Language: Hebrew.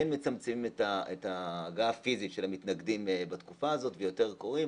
כן מצמצמים את ההגעה הפיסית של המתנגדים בתקופה הזאת ויותר קוראים.